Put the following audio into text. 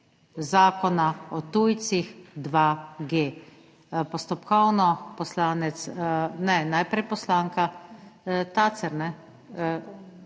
Zakona o tujci-2G. Postopkovno poslanec…, ne, najprej poslanka Tacer,